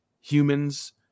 humans